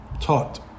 taught